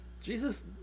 jesus